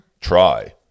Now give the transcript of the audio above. try